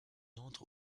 entre